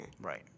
Right